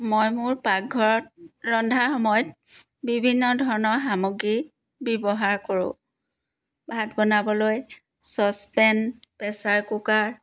মই মোৰ পাকঘৰত ৰন্ধাৰ সময়ত বিভিন্ন ধৰণৰ সামগ্ৰী ব্যৱহাৰ কৰোঁ ভাত বনাবলৈ ছচপেন প্ৰেছাৰ কুকাৰ